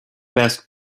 best